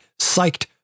psyched